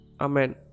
Amen